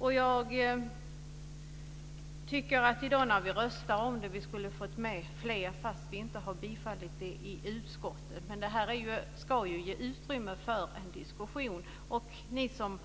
Jag tycker att vi i dag när vi röstar om förslaget skulle ha fått med fler trots att vi inte har bifallit det i utskottet. Men det här ska ju ge utrymme för en diskussion. Jag skulle vilja att ni som